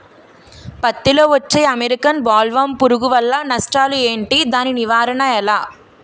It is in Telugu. పత్తి లో వచ్చే అమెరికన్ బోల్వర్మ్ పురుగు వల్ల నష్టాలు ఏంటి? దాని నివారణ ఎలా?